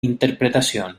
interpretación